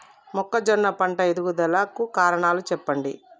మొక్కజొన్న పంట ఎదుగుదల కు కారణాలు చెప్పండి?